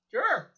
Sure